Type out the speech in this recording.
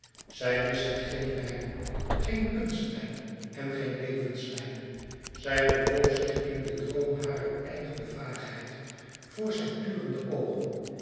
zij miste geen lijn geen kunstlijn en geen levenslijn zij bewoog zich in den droom harer eigen vaagheid voor zijn turende oogen